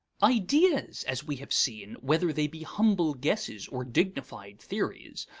ideas, as we have seen, whether they be humble guesses or dignified theories,